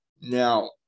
Now